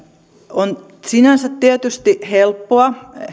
on sinänsä tietysti helppoa